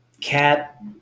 cat